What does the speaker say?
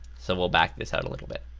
so we'll back this out a little bit.